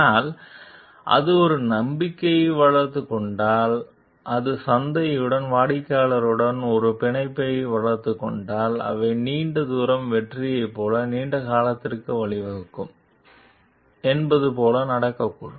ஆனால் அது ஒரு நம்பிக்கையை வளர்த்துக் கொண்டால் அது சந்தையுடனும் வாடிக்கையாளர்களுடனும் ஒரு பிணைப்பை வளர்த்துக் கொண்டால் அவை நீண்ட தூர வெற்றியைப் போல நீண்ட காலத்திற்கு வழிவகுக்கும் என்பது போல நடக்கக்கூடும்